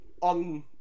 on